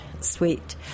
sweet